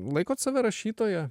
laikot save rašytoja